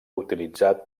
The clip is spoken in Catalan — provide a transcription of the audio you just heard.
utilitzat